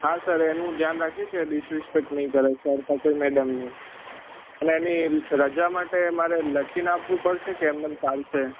હા સર એનું ધ્યાન રાખીશ એ ડિસરિસપેક્ટ નય કરે સર મેડમની અને એની રજા માટે મારે લખી ન આપવું પડશે કે એમનેમ ચાલશે